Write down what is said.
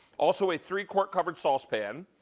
also ah three quart covered saucepan,